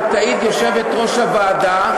ותעיד יושבת-ראש הוועדה,